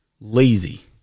Lazy